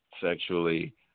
sexually